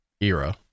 era